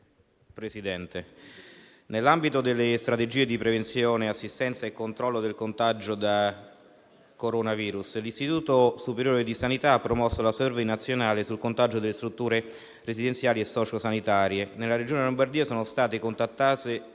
Presidente, nell'ambito delle strategie di prevenzione, assistenza e controllo del contagio da coronavirus, l'Istituto superiore di sanità ha promosso la *survey* nazionale sul contagio nelle strutture residenziali e sociosanitarie. Nella Regione Lombardia sono state contattate